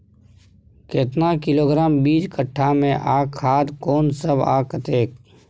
केतना किलोग्राम बीज कट्ठा मे आ खाद कोन सब आ कतेक?